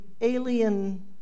alien